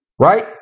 right